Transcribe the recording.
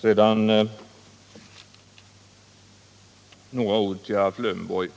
Så några ord till Alf Lövenborg.